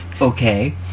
Okay